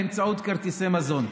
באמצעות כרטיסי מזון.